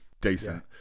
decent